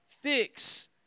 Fix